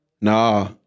Nah